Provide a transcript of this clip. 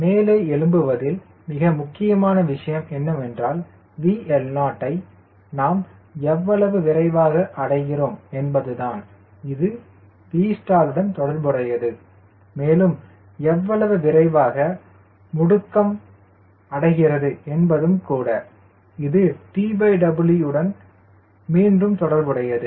மேலே எழும்புவதில் மிக முக்கியமான விஷயம் என்னவென்றால் VL0 யை நான் எவ்வளவு விரைவாக அடைகிறேன் என்பது தான் இது Vstall உடன் தொடர்புடையது மேலும் எவ்வளவு விரைவாக முடுக்கம் அடைகிறது என்பதும்கூட இது TW உடன் மீண்டும் தொடர்புடையது